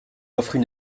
offrent